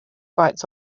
bites